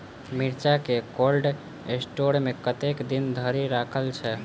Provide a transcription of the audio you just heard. मिर्चा केँ cold store मे कतेक दिन धरि राखल छैय?